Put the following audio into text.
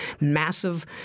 massive